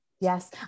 Yes